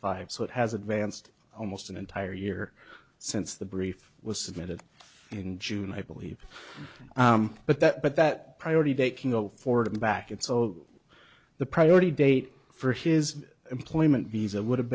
five so it has advanced almost an entire year since the brief was submitted in june i believe but that but that priority date can go forward and back it's all the priority date for his employment visa would have